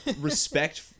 respect